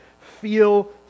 feel